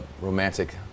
romantic